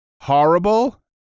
horrible